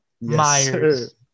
Myers